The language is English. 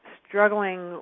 struggling